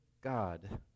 God